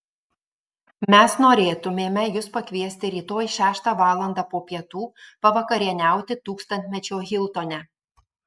mes norėtumėme jus pakviesti rytoj šeštą valandą po pietų pavakarieniauti tūkstantmečio hiltone